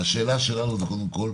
השאלה שלנו קודם כול,